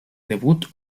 debut